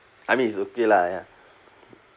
I mean it's okay lah ya